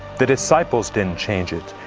the disciples didn't change it.